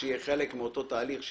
שיהיה חלק מאותו תהליך,